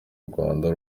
rwanda